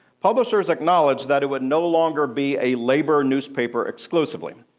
publishers acknowledged that it would no longer be a labor newspaper exclusively,